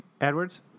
Edwards